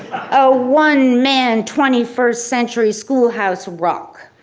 a one man twenty first century school house rock.